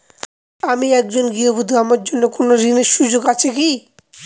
আমি একজন গৃহবধূ আমার জন্য কোন ঋণের সুযোগ আছে কি?